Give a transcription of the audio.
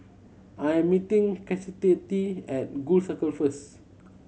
I am meeting Chastity at Gul Circle first